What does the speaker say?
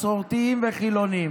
מסורתיים וחילונים.